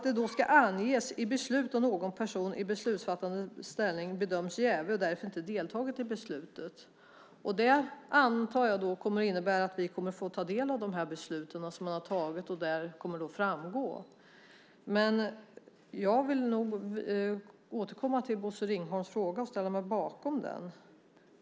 Det ska anges i beslut om någon person i beslutsfattande ställning bedömts jävig och därför inte har deltagit i beslutet. Jag antar att det kommer att innebära att vi kommer att få ta del av de beslut som man har tagit där detta kommer att framgå. Men jag vill återkomma till Bosse Ringholms fråga och ställa mig bakom den.